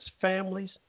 families